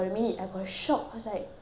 some more ah it's specific